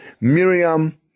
Miriam